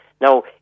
Now